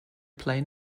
play